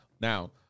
Now